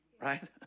right